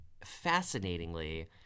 fascinatingly